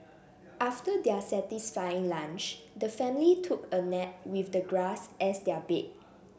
after their satisfying lunch the family took a nap with the grass as their bed